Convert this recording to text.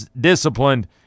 disciplined